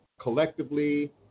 collectively